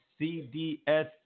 CDS